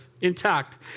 intact